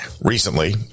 Recently